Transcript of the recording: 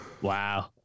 Wow